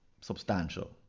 substantial